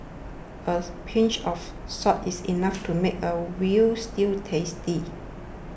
a pinch of salt is enough to make a Veal Stew tasty